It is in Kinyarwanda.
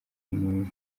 muntu